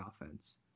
offense